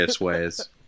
ways